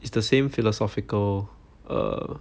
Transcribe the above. it's the same philosophical err